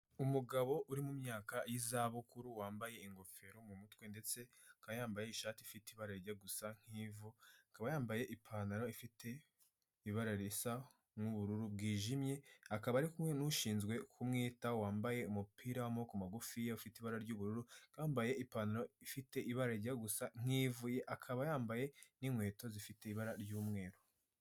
Umugabo uri mu myaka y'izabukuru wambaye ingofero mu mutwe ndetse akaba yambaye ishati ifite ibara rijya gusa nk'ivu, akaba yambaye ipantaro ifite ibara risa n'ubururu bwijimye, akaba ari kumwe n'ushinzwe kumwitaho wambaye umupira w'amaboko magufi ufite ibara ry'ubururu, akaba yambaye ipantaro ifite ibara rijya gusa nk'ivu, akaba yambaye n'inkweto zifite ibara ry'umweru.